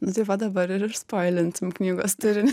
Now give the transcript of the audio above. nu tai va dabar ir išspoilinsim knygos turinį